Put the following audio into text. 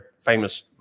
famous